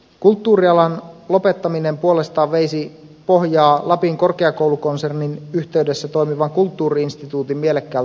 kulttuurialan lopettaminen puolestaan veisi pohjaa lapin korkeakoulukonsernin yhteydessä toimivan kulttuuri instituutin mielekkäältä toiminnalta